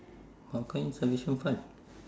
how come insufficient fund